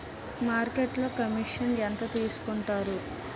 మార్కెట్లో కమిషన్ ఎంత తీసుకొంటారు?